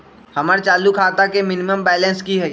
हमर चालू खाता के मिनिमम बैलेंस कि हई?